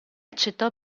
accettò